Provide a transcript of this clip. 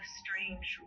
strange